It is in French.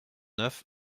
neuf